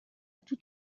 tout